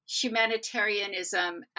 humanitarianism